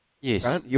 Yes